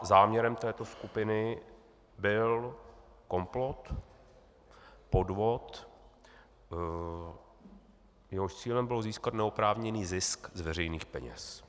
Záměrem této skupiny byl komplot, podvod, jehož cílem bylo získat neoprávněný zisk z veřejných peněz.